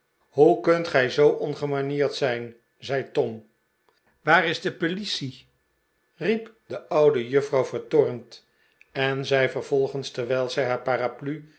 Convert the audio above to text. hoe kunt gij zoo ongemanierd zijn zei tom waar is de pelisie riep de oude juffrouw vertoornd en zei vervolgens terwijl zij haar paraplu